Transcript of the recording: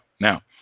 Now